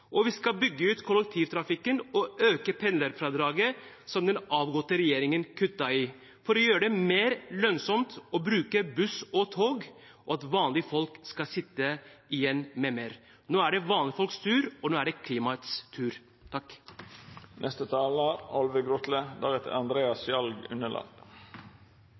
Og vi skal bygge ut kollektivtrafikken og øke pendlerfradraget, som den avgåtte regjeringen kuttet i, for å gjøre det mer lønnsomt å bruke buss og tog og for at vanlige folk skal sitte igjen med mer. Nå er det vanlige folks tur, og nå er det klimaets tur.